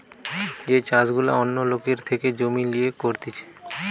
যে চাষ গুলা অন্য লোকের থেকে জমি লিয়ে করতিছে